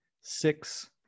six